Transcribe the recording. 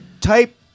type